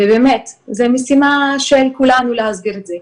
ובאמת זו משימה של כולנו להסביר את זה.